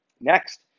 Next